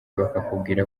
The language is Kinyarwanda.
bakakubwira